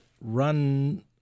run